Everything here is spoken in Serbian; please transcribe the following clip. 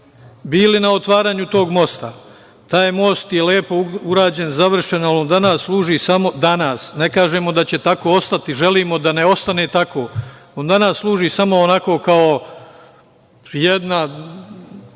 bili na otvaranju tog mosta. Taj most je lepo urađen, završen, ali on danas služi, danas, ne kažemo da će tako ostati, želimo da ne ostane tako, on danas služi samo onako kao jedna